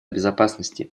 безопасности